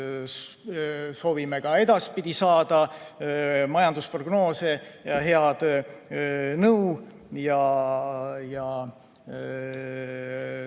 Soovime ka edaspidi saada majandusprognoose ja head nõu.